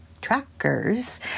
trackers